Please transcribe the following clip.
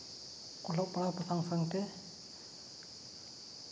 ᱚᱞᱚᱜ ᱯᱟᱲᱦᱟᱣ ᱥᱟᱶ ᱥᱟᱶᱛᱮ